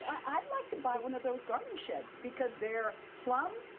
i'd like to buy one of those garden sheds because they are plumb,